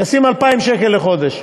ישים 2,000 שקל לחודש,